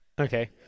Okay